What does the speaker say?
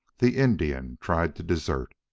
the indian tried to desert.